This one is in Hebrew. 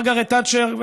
מרגרט תאצ'ר,